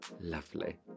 Lovely